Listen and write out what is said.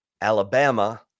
Alabama